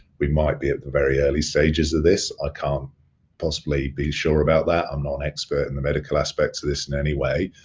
we might be at the very early stages of this. i can't possibly be sure about that, i'm not an expert on and the medical aspects of this in any way.